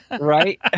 Right